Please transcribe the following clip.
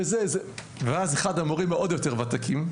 ואז אחד המורים היותר ותיקים,